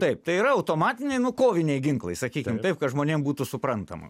taip tai yra automatiniai koviniai ginklai sakykim taip kad žmonėm būtų suprantama